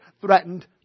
threatened